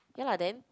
ya lah then